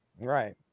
Right